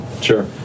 Sure